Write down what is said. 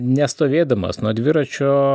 nestovėdamas nuo dviračio